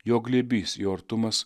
jo glėbys jo artumas